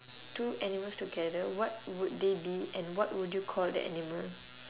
two animals together what would they be and what would you call that animal